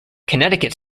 connecticut